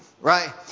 right